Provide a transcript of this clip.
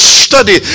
study